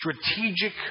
strategic